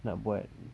nak buat